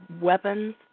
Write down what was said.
weapons